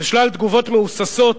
ושלל תגובות מהוססות